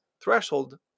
threshold